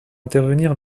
intervenir